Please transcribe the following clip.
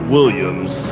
Williams